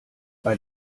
bei